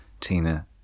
Tina